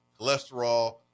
cholesterol